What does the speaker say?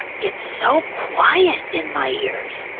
it's so quiet in my ears.